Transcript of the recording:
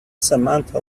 samantha